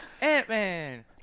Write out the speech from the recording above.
Ant-Man